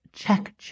Check